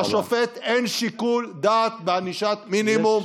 לשופט אין שיקול דעת בענישת מינימום.